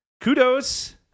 Kudos